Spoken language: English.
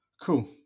Cool